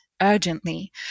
urgently